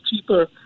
cheaper